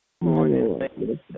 Morning